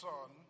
Son